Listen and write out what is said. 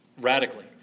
radically